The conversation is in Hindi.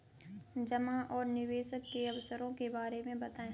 जमा और निवेश के अवसरों के बारे में बताएँ?